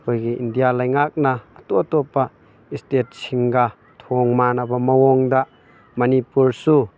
ꯑꯩꯈꯣꯏꯒꯤ ꯏꯟꯗꯤꯌꯥ ꯂꯩꯉꯥꯛꯅ ꯑꯇꯣꯞ ꯑꯇꯣꯞꯄ ꯏꯁꯇꯦꯠꯁꯤꯡꯒ ꯊꯣꯡ ꯃꯥꯟꯅꯕ ꯃꯑꯣꯡꯗ ꯃꯅꯤꯄꯨꯔꯁꯨ